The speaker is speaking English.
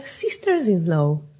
sisters-in-law